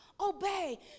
Obey